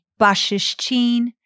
bashishchin